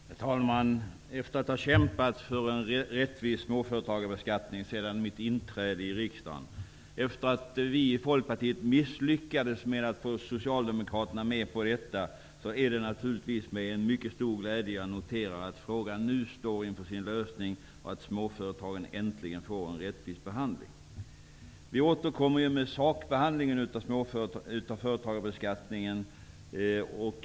Herr talman! Efter att ha kämpat för en rättvis småföretagarebeskattning sedan mitt inträde i riksdagen och efter det att vi i Folkpartiet misslyckats med att få Socialdemokraterna med på detta, är det naturligtvis med mycket stor glädje som jag noterar att frågan nu står inför sin lösning och att småföretagen äntligen får en rättvis behandling. Vi återkommer med sakbehandlingen av småföretagarebeskattningen.